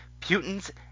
Putin's